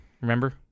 Remember